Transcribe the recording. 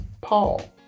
Paul